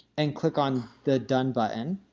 and click on the done button.